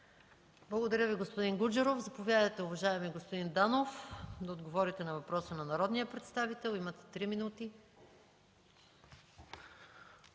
Благодаря Ви, господин Гуджеров. Заповядайте, уважаеми господин Данов, да отговорите на въпроса на народния представител. МИНИСТЪР ИВАН